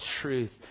truth